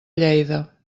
lleida